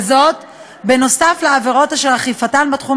וזאת בנוסף לעבירות אשר אכיפתן בתחום